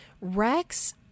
Rex